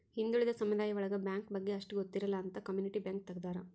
ಹಿಂದುಳಿದ ಸಮುದಾಯ ಒಳಗ ಬ್ಯಾಂಕ್ ಬಗ್ಗೆ ಅಷ್ಟ್ ಗೊತ್ತಿರಲ್ಲ ಅಂತ ಕಮ್ಯುನಿಟಿ ಬ್ಯಾಂಕ್ ತಗ್ದಾರ